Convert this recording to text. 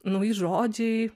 nauji žodžiai